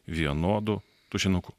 vienodu tušinuku